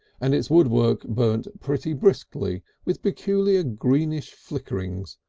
and its woodwork burnt pretty briskly with peculiar greenish flickerings,